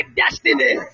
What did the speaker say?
destiny